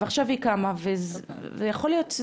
ועכשיו היא קמה וזה יכול להיות,